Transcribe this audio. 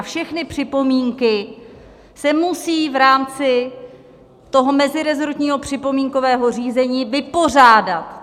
A všechny připomínky se musí v rámci toho mezirezortního připomínkového řízení vypořádat.